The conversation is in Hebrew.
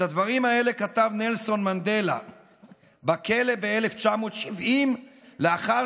את הדברים האלה כתב נלסון מנדלה בכלא ב-1970 לאחר